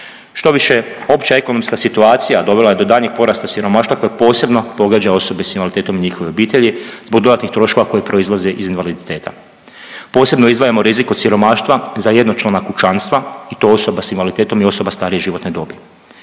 Štoviše, opća ekonomska situacija dovela je do daljnjih porasta siromaštva koje posebno pogađa osobe s invaliditetom i njihove obitelji zbog dodatnih troškova koje proizlaze iz invaliditeta. Posebno izdvajamo rizik od siromaštva za jednočlana kućanstva i to osoba s invaliditetom i osoba starije životne dobi.